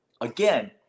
Again